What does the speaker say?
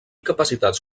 capacitats